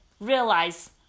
realize